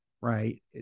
right